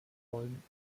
wollen